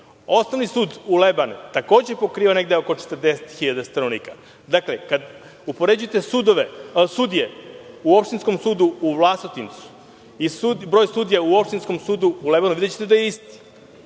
Osnovni sud u Lebanima takođe pokriva negde oko 40 hiljada stanovnika. Dakle, kada upoređujete sudije, u opštinskom sudu u Vlasotincu i broj sudija u opštinskom sudu u Lebanima, videćete da je isti.